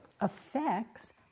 affects